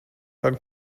dann